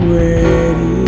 ready